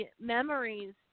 memories